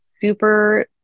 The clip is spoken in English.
super